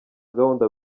gahunda